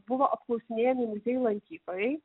buvo apklausinėjami muziejų lankytojai